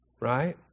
right